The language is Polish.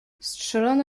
strzelano